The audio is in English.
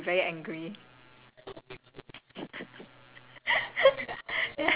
okay then when you when you die right and then you get to see your statistics you'll be very angry